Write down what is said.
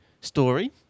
story